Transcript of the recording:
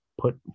put